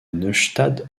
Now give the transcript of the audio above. neustadt